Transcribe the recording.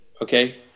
okay